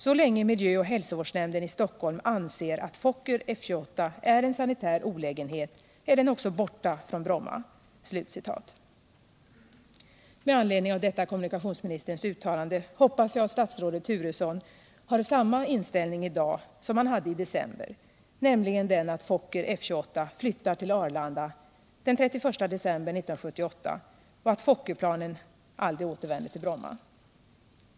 Så länge miljö och hälsovårdsnämnden i Stockholm anser att Fokker F-28 är en sanitär olägenhet är den också borta från Bromma.” Med anledning av detta kommunikationsministerns uttalande hoppas jag alt statsrådet Turesson har samma inställning idag som han hade i december, nämligen den att Fokker F-28 flyttar till Arlanda den 31 december 1978 och att Fokkerplanen aldrig återvänder till Bromma.